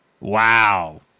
Wow